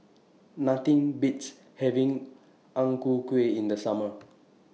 Nothing Beats having Ang Ku Kueh in The Summer